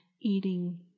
eating